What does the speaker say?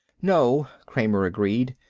no, kramer, agreed.